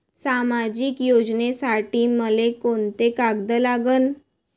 सामाजिक योजनेसाठी मले कोंते कागद लागन?